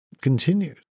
continues